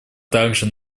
также